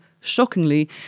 Shockingly